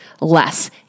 less